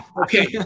Okay